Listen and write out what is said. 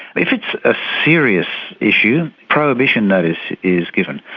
if it's a serious issue, prohibition notice is given.